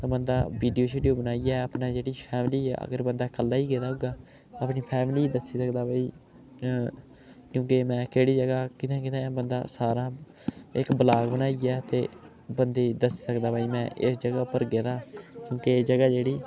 ते बंदा वीडियो शीडियो बनाइयै अपने जेह्ड़े शैल जेही अगर बन्दा कल्ला ई गेदा होगा बन्दा अपनी फैमली दस्सी सकदा भई क्योंकि में केह्ड़ी जगह् कि'न्ने कि'न्ने बन्दा सारा इक व्लॉग बनाइयै ते बन्दे ई दस्सी सकदा कि भई में इस जगह् पर गेदा हा एह् जगह् जेह्ड़ी